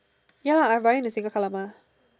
ya lah I buying the single colour mah